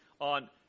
on